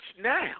now